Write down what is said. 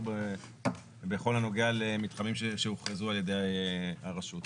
בכל הנוגע למתחמים שהוכרזו על ידי הרשות.